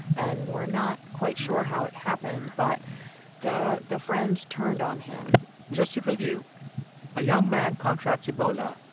and we're not quite sure how it happened, but the the friends turned on him just to review a young man contracts ebola,